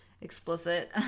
explicit